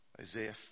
Isaiah